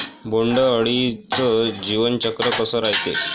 बोंड अळीचं जीवनचक्र कस रायते?